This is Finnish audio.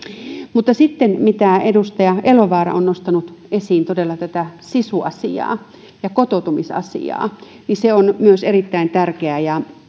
mutta sitten kun edustaja elovaara on nostanut esiin tätä sisuasiaa ja kotoutumisasiaa niin se on myös erittäin tärkeää ja